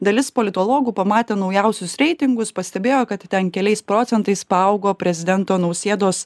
dalis politologų pamatė naujausius reitingus pastebėjo kad ten keliais procentais paaugo prezidento nausėdos